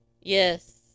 Yes